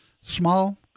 small